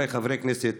חבריי חברי הכנסת,